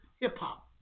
hip-hop